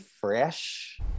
fresh